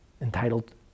entitled